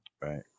Right